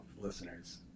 listeners